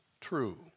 true